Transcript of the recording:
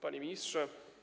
Panie Ministrze!